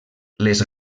les